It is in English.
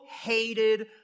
hated